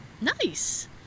Nice